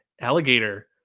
alligator